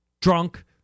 drunk